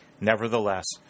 Nevertheless